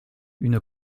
une